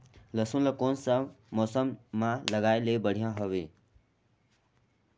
लसुन ला कोन सा मौसम मां लगाय ले बढ़िया हवे?